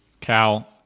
Cal